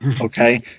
Okay